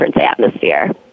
atmosphere